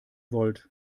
wollt